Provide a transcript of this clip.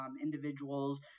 individuals